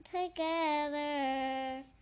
together